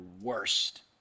worst